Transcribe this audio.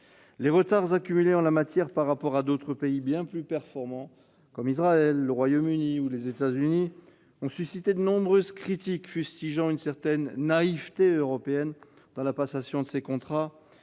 Les retards accumulés en la matière par rapport à d'autres pays bien plus performants comme Israël, le Royaume-Uni ou les États-Unis ont suscité de nombreuses critiques, qu'il s'agisse d'une certaine naïveté européenne dans la passation de ces contrats,